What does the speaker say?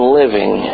living